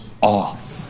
off